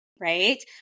right